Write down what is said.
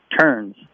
turns